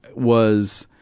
was